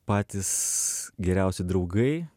patys geriausi draugai